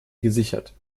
gesichert